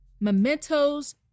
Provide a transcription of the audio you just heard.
mementos